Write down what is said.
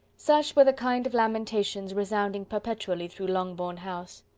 such were the kind of lamentations resounding perpetually through longbourn house.